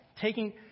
Taking